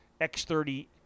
X30